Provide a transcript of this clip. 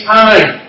time